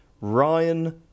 Ryan